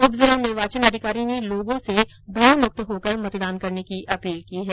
उप जिला निर्वाचन अधिकारी ने लोगों ने भयमुक्त होकर मतदान करने की अपील की है